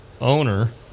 owner